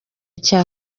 cya